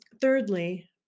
thirdly